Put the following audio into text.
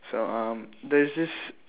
so um there is this